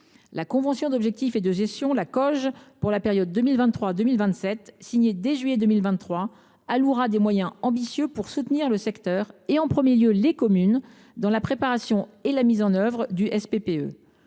La convention d’objectifs et de gestion (COG) pour la période 2023 2027, signée dès juillet 2023, allouera des moyens ambitieux pour soutenir le secteur, en premier lieu les communes, dans la préparation et la mise en œuvre du SPPE.